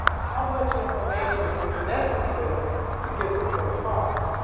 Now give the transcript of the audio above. how much information is necessary to get the point across?